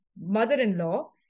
mother-in-law